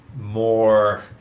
more